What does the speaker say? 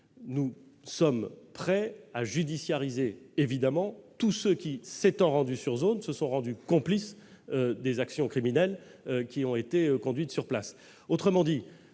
évidemment prêts à judiciariser tous ceux qui, s'étant rendus sur zone, se sont rendus complices des actions criminelles qui ont été conduites sur place.